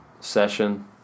session